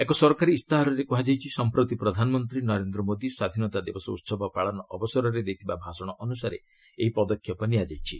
ଏକ ସରକାରୀ ଇସ୍ତାହାରରେ କୁହାଯାଇଛି ସଂପ୍ରତି ପ୍ରଧାନମନ୍ତ୍ରୀ ନରେନ୍ଦ୍ର ମୋଦି ସ୍ୱାଧୀନତା ଦିବସ ଉହବ ପାଳନ ଅବସରରେ ଦେଇଥିବା ଭାଷଣ ଅନୁସାରେ ଏହି ପଦକ୍ଷେପ ନିଆଯାଇଛି